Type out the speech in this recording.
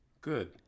Good